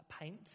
paint